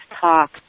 talk